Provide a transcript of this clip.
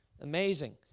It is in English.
Amazing